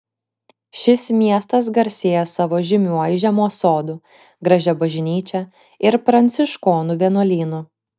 šis miestas garsėja savo žymiuoju žiemos sodu gražia bažnyčia ir pranciškonų vienuolynu